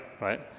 Right